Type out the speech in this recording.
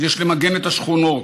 יש למגן את השכונות,